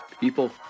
People